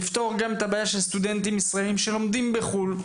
לפתור גם את הבעיה של סטודנטים ישראלים שלומדים בחו"ל.